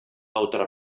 otra